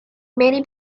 many